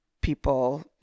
people